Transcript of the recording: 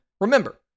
remember